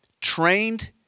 trained